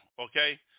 Okay